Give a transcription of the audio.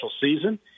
season